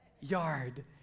yard